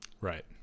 Right